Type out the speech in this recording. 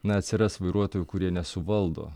na atsiras vairuotojų kurie nesuvaldo